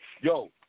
Yo